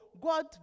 God